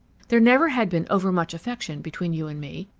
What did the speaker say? there never had been over-much affection between you and me.